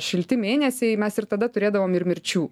šilti mėnesiai mes ir tada turėdavom ir mirčių